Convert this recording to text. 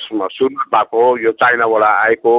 सोनादाको यो चाइनाबाट आएको